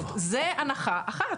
זו הנחה אחת.